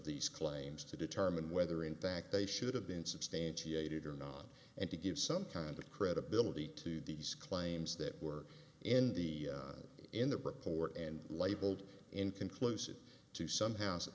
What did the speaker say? these claims to determine whether in fact they should have been substantiated or not and to give some kind of credibility to these claims that were in the in the report and labeled inconclusive to some houses